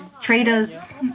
Traders